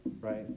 Right